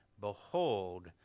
Behold